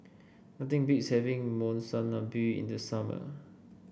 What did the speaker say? nothing beats having Monsunabe in the summer